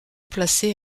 placé